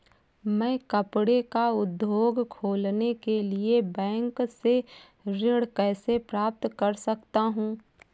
मैं कपड़े का उद्योग खोलने के लिए बैंक से ऋण कैसे प्राप्त कर सकता हूँ?